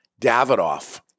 Davidoff